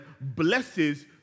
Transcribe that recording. blesses